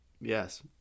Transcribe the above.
Yes